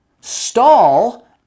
stall